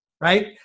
right